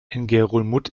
ngerulmud